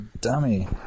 Dummy